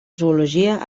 zoologia